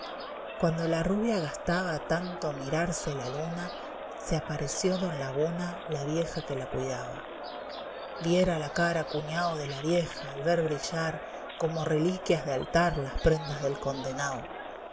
cuando la rubia gastaba tanto mirarse la luna se apareció don laguna la vieja que la cuidaba viera la cara cuñao de la vieja al ver brillar como reliquias de altar las prendas del condenao